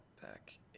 back